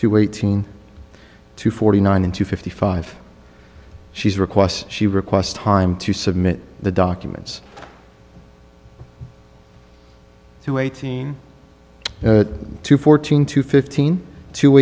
to eighteen to forty nine to fifty five she's requests she requests time to submit the documents to eighteen to fourteen to fifteen to